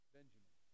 Benjamin